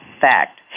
fact